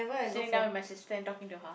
sitting down with my sister and talking to her